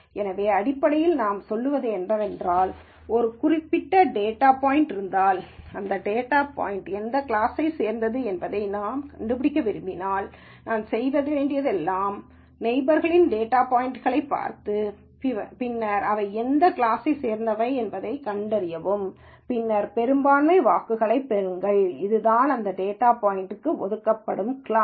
எனவே அடிப்படையில் நாம் சொல்வது என்னவென்றால் ஒரு குறிப்பிட்ட டேட்டா பாய்ன்ட் இருந்தால் இந்த டேட்டா பாய்ன்ட் எந்த கிளாஸைச் சேர்ந்தது என்பதை நான் கண்டுபிடிக்க விரும்பினால் நான் செய்ய வேண்டியது எல்லாம் நெய்பர்ஸ் டேட்டா பாய்ன்ட்களைப் பார்த்து பின்னர் அவை எந்த கிளாஸைச் சேர்ந்தவை என்பதைக் கண்டறியவும் பின்னர் பெரும்பான்மை வாக்குகளைப் பெறுங்கள் அதுதான் இந்த டேட்டா பாய்ன்ட்க்கு ஒதுக்கப்படும் கிளாஸ